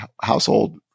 household